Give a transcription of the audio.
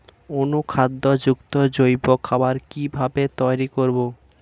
অনুখাদ্য যুক্ত জৈব খাবার কিভাবে তৈরি করব?